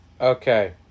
Okay